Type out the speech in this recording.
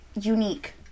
unique